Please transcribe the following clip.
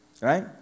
right